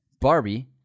Barbie